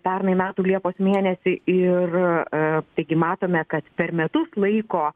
pernai metų liepos mėnesį ir taigi matome kad per metus laiko